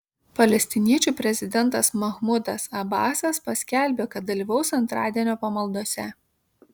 palestiniečių prezidentas mahmudas abasas paskelbė kad dalyvaus antradienio pamaldose